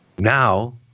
Now